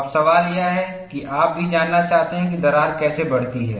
अब सवाल यह है कि आप भी जानना चाहते हैं कि दरार कैसे बढ़ती है